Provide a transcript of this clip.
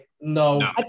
No